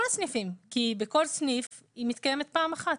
הסניפים כי בכל סניף היא מתקיימת פעם אחת.